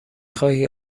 خواهی